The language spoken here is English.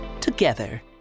together